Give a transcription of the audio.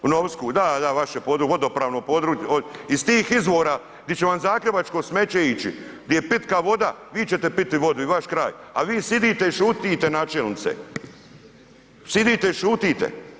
U Novsku, da, da vaše vodopravno područje, iz tih izvora gdje će vam zagrebačko smeće ići gdje je pitka voda vi ćete piti vodu i vaš kraj a vi sjedite i šutite načelnice, sjedite i šutite.